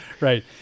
Right